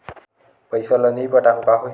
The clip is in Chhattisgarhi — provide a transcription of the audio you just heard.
पईसा ल नई पटाहूँ का होही?